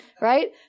right